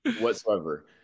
whatsoever